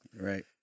Right